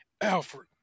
Alfred